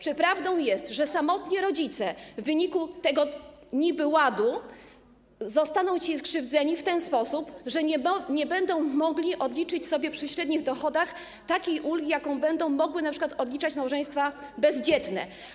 Czy prawdą jest, że samotni rodzice w wyniku tego niby-ładu zostaną dzisiaj skrzywdzeni w ten sposób, że nie będą mogli odliczyć sobie przy średnich dochodach takiej ulgi, jaką będą mogły odliczać np. małżeństwa bezdzietne?